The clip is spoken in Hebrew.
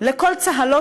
לקול צהלות,